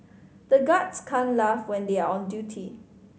the guards can't laugh when they are on duty